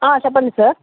చెప్పండి సార్